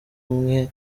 umwe